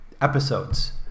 episodes